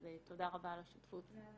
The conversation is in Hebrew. אז תודה רבה גם על השותפות שלכם.